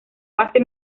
base